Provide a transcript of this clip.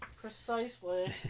Precisely